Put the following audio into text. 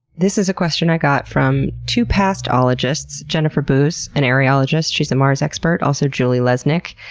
this is a question i got from two past ologists, jennifer buz, an areologist, she's a mars expert. also julie lesnik,